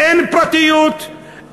אין פרטיות,